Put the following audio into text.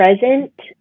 present